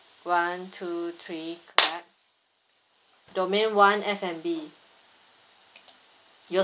one two three clap domain one F&B you